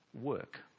work